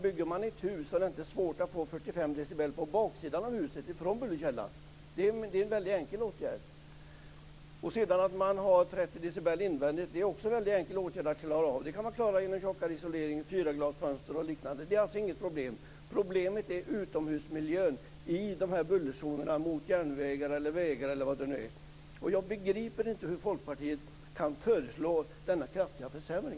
Bygger man ett hus är det inte svårt att få 45 dB på baksidan av huset, från bullerkällan. Det är faktiskt en mycket enkel åtgärd. Att ha 30 dB invändigt kan också enkelt klaras av genom tjockare isolering, fyrglasfönster o.d. Det är alltså inget problem. Problemet är i stället utomhusmiljön i bullerzonerna mot järnvägar, vägar etc. Jag måste säga att jag inte begriper att Folkpartiet kan föreslå en så kraftig försämring.